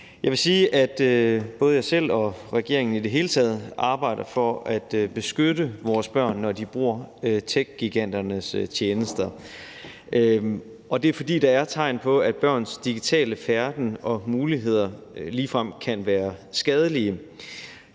Jeg vil sige, at både jeg selv og regeringen i det hele taget arbejder for at beskytte vores børn, når de bruger techgiganternes tjenester, og det er, fordi der er tegn på, at børns digitale færden og muligheder ligefrem kan være skadelige,